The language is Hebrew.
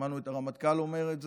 שמענו את הרמטכ"ל אומר את זה: